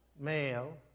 male